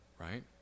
Right